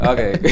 Okay